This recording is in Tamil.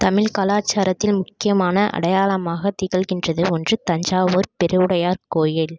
தமிழ் கலாச்சாரத்தின் முக்கியமான அடையாளமாக திகழ்கின்றது ஒன்று தஞ்சாவூர் பெருவுடையார் கோயில்